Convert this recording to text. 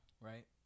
right